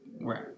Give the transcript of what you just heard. Right